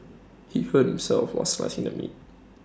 he hurt himself while slicing the meat